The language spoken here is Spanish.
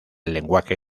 lenguaje